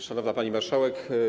Szanowna Pani Marszałek!